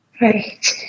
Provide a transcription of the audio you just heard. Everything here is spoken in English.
Right